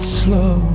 slow